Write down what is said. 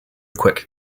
quick